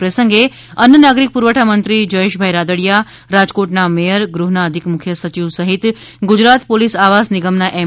આ પ્રસંગે અન્ન નાગરિક પુરવઠા મંત્રી જયેશ રાદડિયા રાજકોટના મેયર ગૃહના અધિક મુખ્ય સચિવ સહિત ગુજરાત પોલીસ આવાસ નિગમના એમ